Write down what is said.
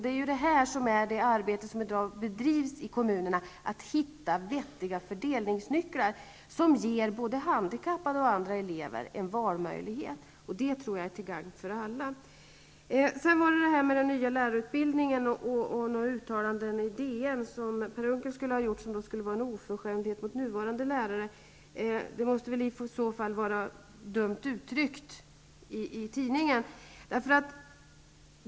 I dag bedrivs i kommunerna ett arbete med att hitta vettiga fördelningsnycklar som ger både handikappade elever och andra elever en valmöjlighet. Det tror jag är till gagn för alla. När det gäller den nya lärarutbildningen skulle Per Unckel ha gjort uttalanden i DN som skulle vara en oförskämdhet mot nuvarande lärare. Det måste i så fall vara dumt uttryckt i tidningen.